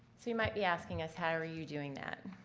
so you might be asking us how are you doing that?